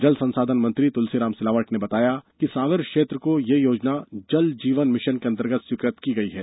जल संसाधन मंत्री तुलसीराम सिलावट ने बताया कि सांवेर क्षेत्र को यह योजना जल जीवन मिशन के अंतर्गत स्वीकृत की गई है